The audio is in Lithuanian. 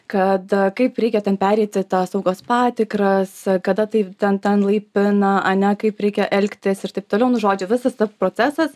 kad kaip reikia ten pereiti tas saugos patikras kada taip ten ten laipina ane kaip reikia elgtis ir taip toliau nu žodžiu visas tas procesas